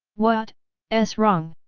what s wrong?